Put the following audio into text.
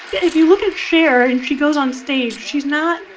if you look at cher and she goes on stage, she's not,